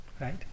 right